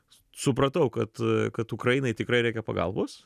supratau kad kad ukrainai tikrai reikia pagalbos